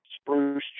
spruce